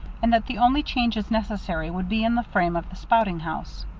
and that the only changes necessary would be in the frame of the spouting house.